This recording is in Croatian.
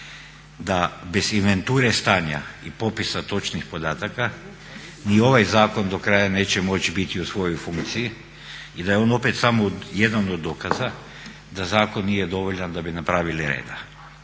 da bez inventure stanja i popisa točnih podataka ni ovaj zakon do kraja neće moći biti u svojoj funkciji i da je on opet samo jedan od dokaza da zakon nije dovoljan da bi napravili reda.